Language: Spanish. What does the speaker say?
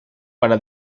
para